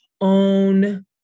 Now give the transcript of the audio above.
own